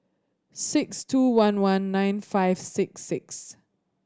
six two one one nine five six six